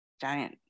giant